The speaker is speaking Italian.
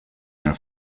nel